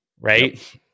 right